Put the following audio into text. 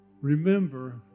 remember